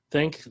Thank